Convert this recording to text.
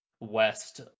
West